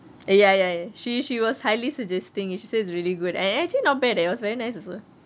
ya ya ya she she was highly suggesting it she says it's really good and actually not bad eh it was very nice also